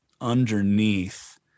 underneath